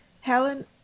Helen